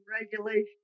regulation